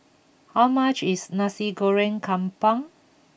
how much is Nasi Goreng Kampung